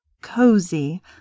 cozy